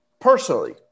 personally